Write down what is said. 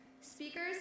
Speakers